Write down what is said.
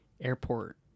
airport